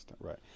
Right